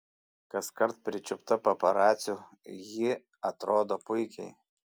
kaskart pričiupta paparacių ji atrodo puikiai